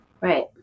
Right